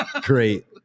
Great